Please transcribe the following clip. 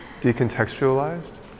decontextualized